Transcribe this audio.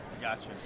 Gotcha